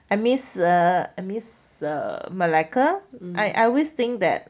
I miss err I miss malacca I I always think that